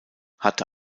hatte